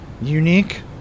unique